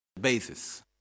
basis